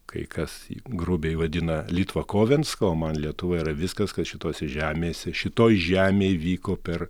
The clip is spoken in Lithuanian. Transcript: kai kas grubiai vadina litvakovensk o man lietuva yra viskas kas šitose žemėse šitoj žemėj įvyko per